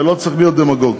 ולא צריך להיות דמגוג.